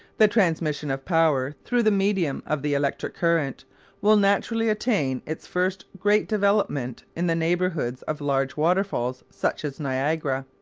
the transmission of power through the medium of the electric current will naturally attain its first great development in the neighbourhoods of large waterfalls such as niagara.